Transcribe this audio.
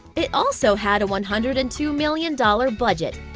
it also had a one hundred and two million dollars budget.